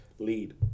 lead